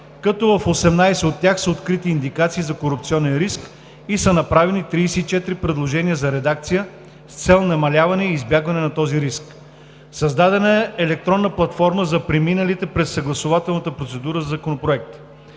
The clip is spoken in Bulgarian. като в 18 от тях са открити индикации за корупционен риск и са направени 34 предложения за редакция с цел намаляване и избягване на този риск. Създадена е електронна платформа за преминалите през съгласувателната процедура законопроекти.